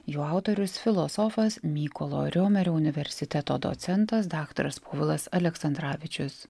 jo autorius filosofas mykolo riomerio universiteto docentas daktaras povilas aleksandravičius